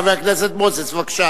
חבר הכנסת מוזס, בבקשה,